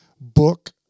book